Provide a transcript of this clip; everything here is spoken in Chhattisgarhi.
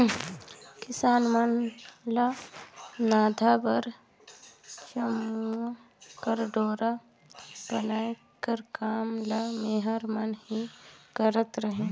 किसान मन ल नाधा बर चमउा कर डोरा बनाए कर काम ल मेहर मन ही करत रहिन